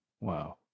Wow